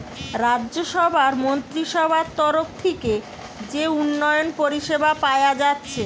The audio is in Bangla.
রাজ্যসভার মন্ত্রীসভার তরফ থিকে যে উন্নয়ন পরিষেবা পায়া যাচ্ছে